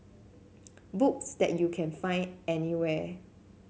books that you can find anywhere